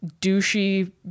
douchey